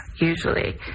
usually